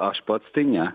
aš pats tai ne